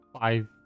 five